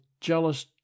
jealous